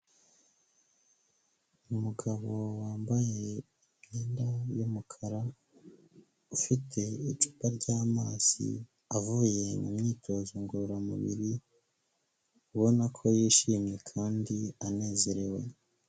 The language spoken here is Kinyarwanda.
Umugabo wambaye imyenda y'umukara, ufite icupa ry'amazi avuye mu myitozo ngororamubiri, ubona ko yishimye kandi anezerewe.